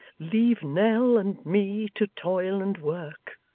leave nell and me to toil and work